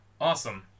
Awesome